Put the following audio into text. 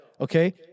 Okay